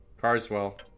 Carswell